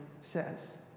says